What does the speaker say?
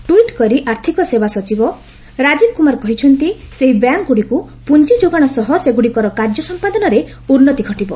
tweet କରି ଆର୍ଥିକ ସେବା ସଚିବ ରାଜୀବ୍ କୁମାର କହିଛନ୍ତି ସେହି ବ୍ୟାଙ୍କ୍ଗୁଡ଼ିକୁ ପୁଞ୍ଜିଯୋଗାଣ ସହ ସେଗୁଡ଼ିକର କାର୍ଯ୍ୟ ସମ୍ପାଦନାରେ ଉନ୍ନତି ଘଟିବ